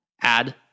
Add